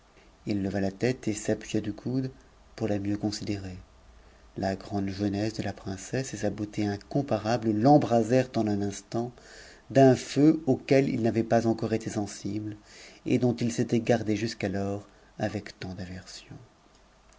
beauté tt l t et s'appuya du coude pour la mieux considérer la grande jeunesse de la princesse et sa beauté incomparable t'embrasèrent en nn instant d'un feu auquel il n'avait pas encore été sensible et dont il s'était gardé jusqu'alors avec tant d'aversion